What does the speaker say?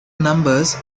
numbers